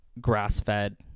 grass-fed